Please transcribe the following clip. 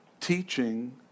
teaching